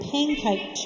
Pancake